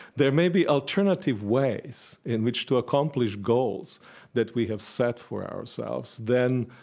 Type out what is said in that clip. there may be alternative ways in which to accomplish goals that we have set for ourselves than,